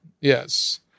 Yes